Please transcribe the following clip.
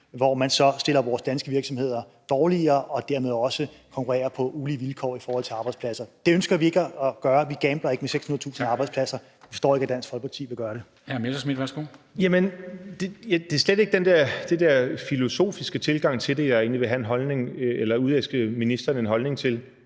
hvor man så stiller vores danske virksomheder dårligere og dermed også konkurrerer på ulige vilkår i forhold til arbejdspladser. Det ønsker vi ikke at gøre. Vi gambler ikke med 600.000 arbejdspladser. Jeg forstår ikke, at Dansk Folkeparti vil gøre det. Kl. 13:25 Formanden (Henrik Dam Kristensen): Hr. Morten Messerschmidt, værsgo. Kl.